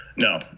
No